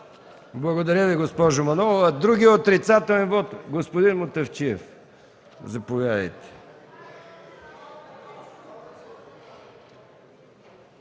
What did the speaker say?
Благодаря Ви, госпожо Манолова. Другият отрицателен вот – господин Мутафчиев. Заповядайте,